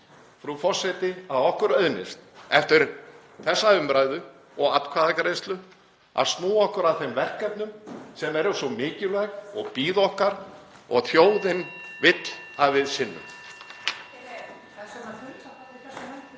frú forseti, að okkur auðnist eftir þessa umræðu og atkvæðagreiðslu að snúa okkur að þeim verkefnum sem eru svo mikilvæg og bíða okkar og þjóðin vill að við sinnum.